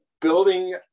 Building